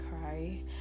cry